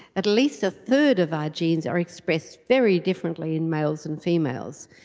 at least a third of our genes are expressed very differently in males and females.